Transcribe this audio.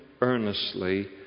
earnestly